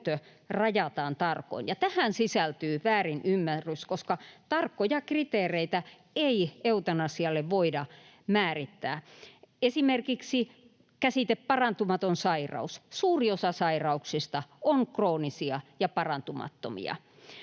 rajataan tarkoin. Tähän sisältyy väärinymmärrys, koska tarkkoja kriteereitä ei eutanasialle voida määrittää. Esimerkiksi käsite ”parantumaton sairaus” — suuri osa sairauksista on kroonisia ja parantumattomia